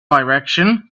direction